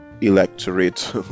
electorate